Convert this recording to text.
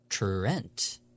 Trent